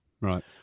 Right